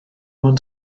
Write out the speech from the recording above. ond